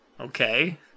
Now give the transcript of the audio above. Okay